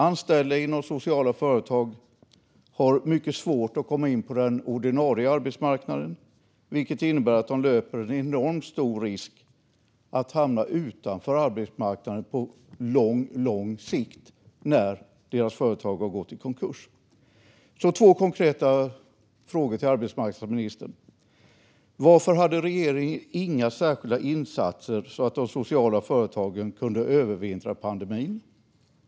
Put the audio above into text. Anställda inom sociala företag har mycket svårt att komma in på den ordinarie arbetsmarknaden, vilket innebär att de löper en enormt stor risk att hamna utanför arbetsmarknaden på lång sikt när deras företag har gått i konkurs. Jag har två konkreta frågor till arbetsmarknadsministern. Varför hade regeringen inga särskilda insatser så att de sociala företagen kunde övervintra pandemin?